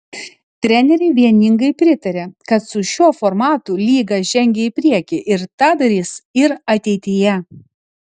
treneriai vieningai pritarė kad su šiuo formatu lyga žengė į priekį ir tą darys ir ateityje